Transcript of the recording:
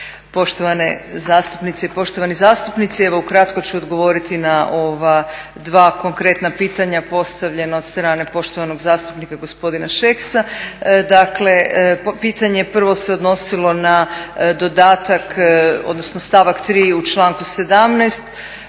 Poštovane zastupnice i poštovani zastupnici, evo ukratko ću odgovoriti na ova dva konkretna pitanja postavljena od strane poštovanog zastupnika gospodina Šeksa. Dakle, pitanje prvo se odnosilo na dodatak odnosno stavak 3. u članku 17.